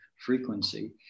frequency